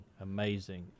amazing